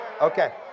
Okay